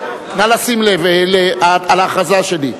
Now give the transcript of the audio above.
נא לשים לב להכרזה שלי.